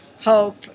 hope